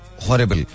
horrible